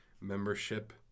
membership